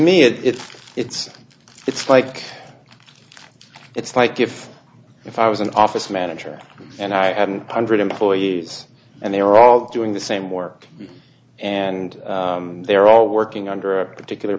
me it's it's it's like it's like if if i was an office manager and i had an hundred employees and they are all doing the same work and they're all working under a particular